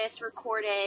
recorded